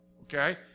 Okay